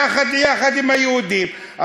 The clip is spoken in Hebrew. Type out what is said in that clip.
יחד עם היהודים.